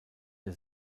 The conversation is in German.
der